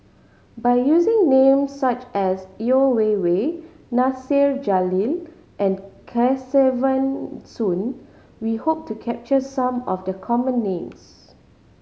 by using names such as Yeo Wei Wei Nasir Jalil and Kesavan Soon we hope to capture some of the common names